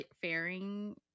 fairing